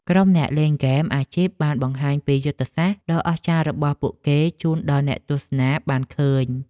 ក្រុមអ្នកលេងហ្គេមអាជីពបានបង្ហាញពីយុទ្ធសាស្ត្រដ៏អស្ចារ្យរបស់ពួកគេជូនដល់អ្នកទស្សនាបានឃើញ។